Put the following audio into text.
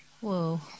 Whoa